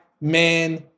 man